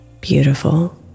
beautiful